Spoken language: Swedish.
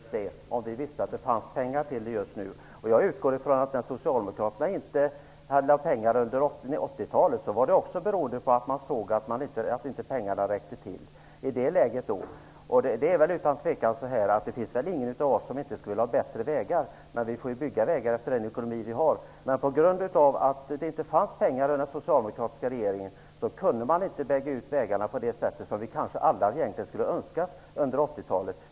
Fru talman! Jag skulle gärna stödja förslaget om jag visste att det fanns pengar till det just nu. Jag utgår från att Socialdemokraterna inte satsade pengar på vägar under 80-talet beroende på att de såg att pengarna inte räckte till. Det finns väl utan tvekan ingen av oss som inte skulle vilja ha bättre vägar, men vi får bygga vägar efter den ekonomi vi har. På grund av att det inte fanns pengar för detta under den socialdemokratiska regeringstiden på 80-talet kunde inte vägarna byggas ut på det sätt som vi kanske alla egentligen skulle ha önskat.